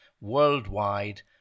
worldwide